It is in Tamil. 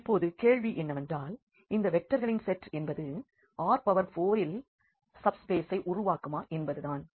எனவே இப்பொழுது கேள்வி என்னவென்றால் இந்த வெக்டர்களின் செட் என்பது R4இல் சப்ஸ்பேசை உருவாக்குமா என்பது தான்